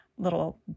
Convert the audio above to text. little